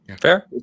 fair